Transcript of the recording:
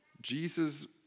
Jesus